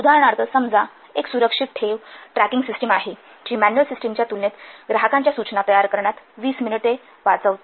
उदाहरणार्थ समजा एक सुरक्षित ठेव ट्रॅकिंग सिस्टम आहे जी मॅन्युअल सिस्टमच्या तुलनेत ग्राहकांच्या सूचना तयार करण्यात २0 मिनिटे वाचवते